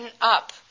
up